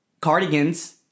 cardigans